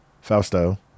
fausto